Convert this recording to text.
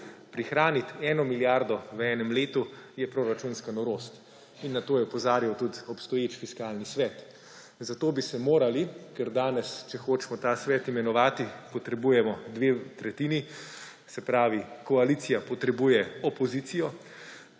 Prihraniti eno milijardo v enem letu je proračunska norost. In na to je opozarjal tudi obstoječi Fiskalni svet. Zato bi se morali, ker danes, če hočemo ta svet imenovati, potrebujemo dve tretjini, se pravi koalicija potrebuje opozicijo,